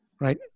Right